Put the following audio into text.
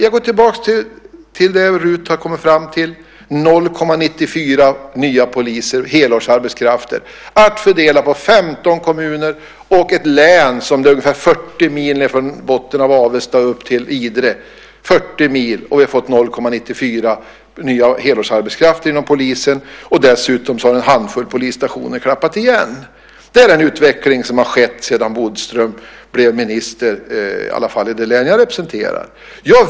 Jag går tillbaka till det RUT har kommit fram till. Det är 0,94 nya poliser i helårsarbetskrafter att fördela på 15 kommuner i ett län där det är ungefär 40 mil nere från botten av Avesta upp till Idre. Det är 40 mil, och vi har fått 0,94 nya helårsarbetskrafter inom polisen. Dessutom har en handfull polisstationer klappat igen. Det är den utveckling som har skett sedan Bodström blev minister, i varje fall i det län som jag representerar.